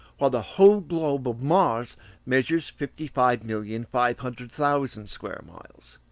while the whole globe of mars measures fifty five million five hundred thousand square miles,